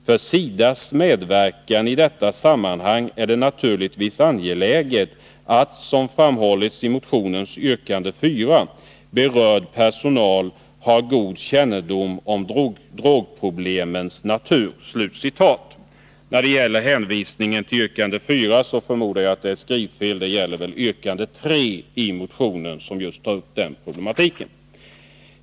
För SIDA :s medverkan i detta sammanhang är det naturligtvis angeläget att — som framhålls i motionens yrkande 4 — berörd personal har god kännedom om drogproblemens natur.” Den hänvisning utskottet gjort till yrkande 4 förmodar jag är ett skrivfel. Det torde gälla yrkande 3, som just tar upp denna problematik.